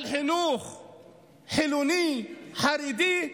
על חינוך חילוני, חרדי?